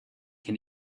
can